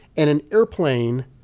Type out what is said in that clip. and an airplane